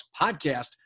podcast